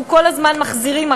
אנחנו כל הזמן מחזירים,